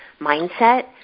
mindset